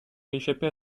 échapper